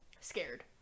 ...scared